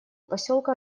поселка